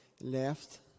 left